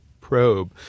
probe